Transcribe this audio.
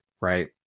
right